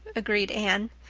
agreed anne,